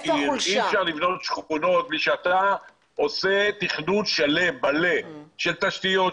אי אפשר לבנות שכונה בלי שאתה עושה תכנון שלם ומלא של תשתיות,